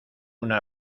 una